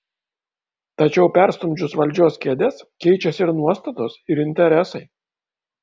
tačiau perstumdžius valdžios kėdes keičiasi ir nuostatos ir interesai